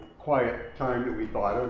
quiet time that we thought.